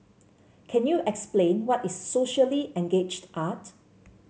can you explain what is socially engaged art